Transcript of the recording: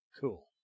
Cool